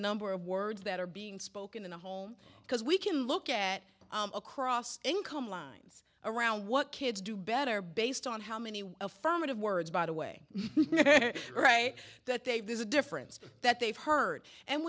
number of words that are being spoken in the home because we can look at across income lines around what kids do better based on how many affirmative words by the way right that they there's a difference that they've heard and